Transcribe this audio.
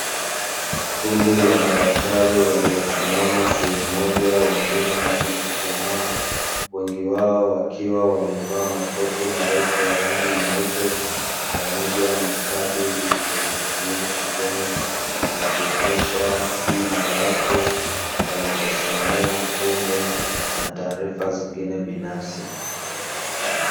Kundi la madaktari waliosimama sehemu moja wengine wakichuchumaa. Wengi wao wakiwa wamevaa makoti marefu ya rangi nyeupe pamoja na kadi zilizoning’inia shingoni zikionyesha: jina lake, alichosomea, umri na taarifa zingine binafsi.